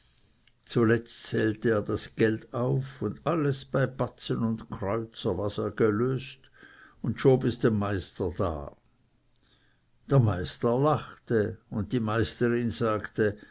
zuletzt zählte er das geld auf und alles bei batzen und kreuzer was er gelöst und schob es dem meister dar der meister lachte und die meisterin sagte